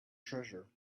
treasure